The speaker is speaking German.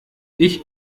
ich